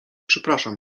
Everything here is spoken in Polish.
przepraszam